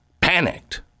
panicked